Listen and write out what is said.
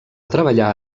treballar